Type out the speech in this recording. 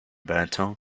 benton